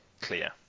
clear